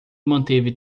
manteve